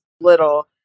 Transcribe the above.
little